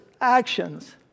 actions